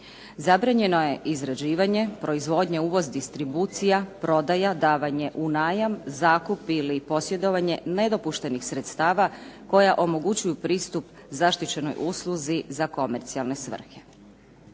Zabranjeno je izrađivanje, proizvodnja, uvoz, distribucija, prodaja, davanje u najam, zakup ili posjedovanje nedopuštenih sredstava koja omogućuje pristup zaštićenoj usluzi za komercijalne svrhe.